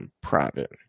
private